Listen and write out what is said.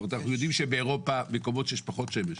אנחנו יודעים שבאירופה, מקומות שיש פחות שמש,